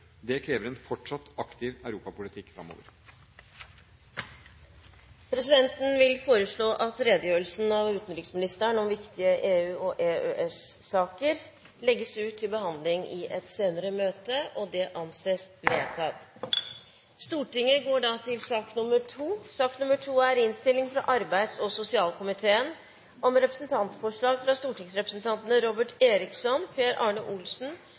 Det krever en fortsatt aktiv europapolitikk fremover. Presidenten vil foreslå at utenriksministerens redegjørelse om viktige EU- og EØS-saker legges ut for behandling i et senere møte. – Det anses vedtatt. Etter ønske fra arbeids- og sosialkomiteen vil presidenten foreslå at taletiden begrenses til 40 minutter og fordeles med inntil 5 minutter til hvert parti og